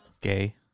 Gay